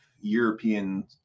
European